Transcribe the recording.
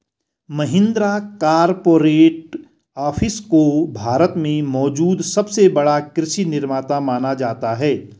Mahindra corporate office को भारत में मौजूद सबसे बड़ा कृषि निर्माता माना जाता है